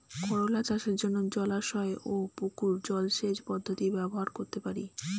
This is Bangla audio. করোলা চাষের জন্য জলাশয় ও পুকুর জলসেচ পদ্ধতি ব্যবহার করতে পারি?